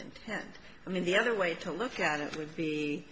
intent i mean the other way to look at it would be